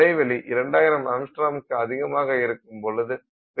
இடைவெளி 2000 ஆங்ஸ்ட்ராம்ஸ்க்கு அதிகமாக இருக்கும் பொழுது பிரித்துக் காட்ட இயலாது